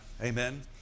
Amen